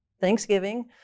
Thanksgiving